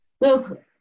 Look